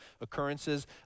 occurrences